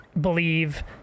believe